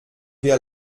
wir